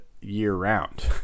year-round